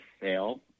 sale